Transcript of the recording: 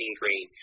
green